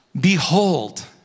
Behold